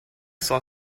saw